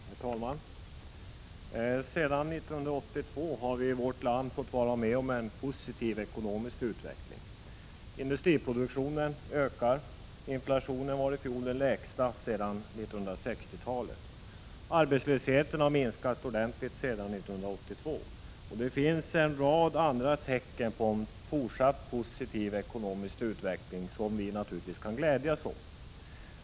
Herr talman! Sedan 1982 har vi i vårt land fått vara med om en positiv ekonomisk utveckling. Industriproduktionen ökar, inflationen var i fjol den lägsta sedan 1960-talet, arbetslösheten har minskat ordentligt sedan 1982, och det finns en rad andra tecken på en fortsatt positiv ekonomisk utveckling som vi naturligtvis kan glädjas åt.